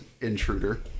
intruder